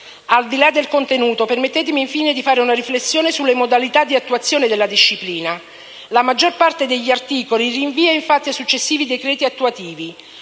Al di là del contenuto, permettetemi, infine, di fare una riflessione sulle modalità di attuazione della disciplina. La maggior parte degli articoli rinvia infatti a successivi decreti attuativi,